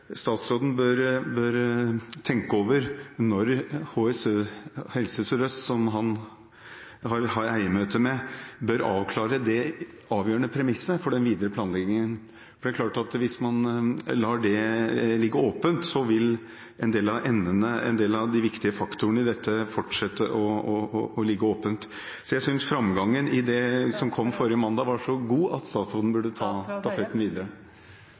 statsråden bør tenke over når Helse Sør-Øst, som han har eiermøte med, bør avklare det avgjørende premisset for den videre planleggingen. For det er klart at hvis man lar det være åpent, vil en del av de viktige faktorene her fortsette å ligge åpent. Jeg synes framgangen i det som kom forrige mandag, var så god at statsråden burde ta stafetten videre.